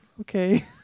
Okay